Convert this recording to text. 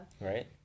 Right